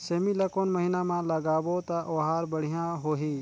सेमी ला कोन महीना मा लगाबो ता ओहार बढ़िया होही?